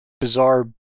bizarre